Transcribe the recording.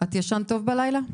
את ישנת טוב בלילה?